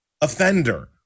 offender